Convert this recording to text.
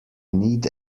need